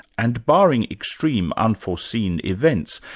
and barring extreme unforeseen events,